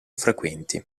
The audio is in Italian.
frequenti